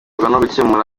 gukemura